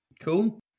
Cool